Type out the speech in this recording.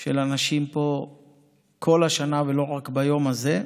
של האנשים פה כל השנה, ולא רק ביום הזה,